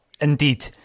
indeed